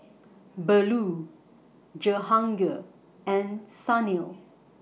Bellur Jehangirr and Sunil